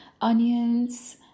onions